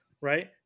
right